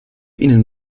ihnen